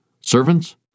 Servants